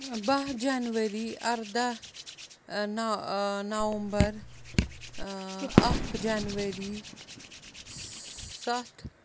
باہ جنؤری ارداہ نَہ نومبر اکھ جنؤری ستھ